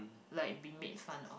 like be made fun of